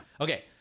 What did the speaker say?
okay